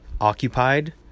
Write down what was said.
occupied